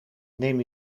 neem